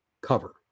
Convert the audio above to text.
Cover